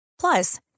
Plus